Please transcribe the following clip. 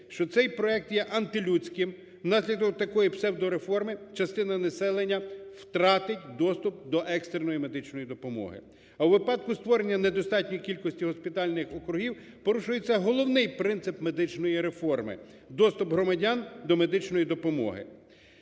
Що цей проект є антилюдським, внаслідок такої псевдореформи частина населення втратить доступ до екстреної медичної допомоги. А у випадку створення не достатньої кількості госпітальних округів порушується головний принцип медичної форми – доступ громадян до медичної допомоги.